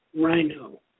Rhino